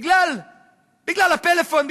בגלל הפלאפון,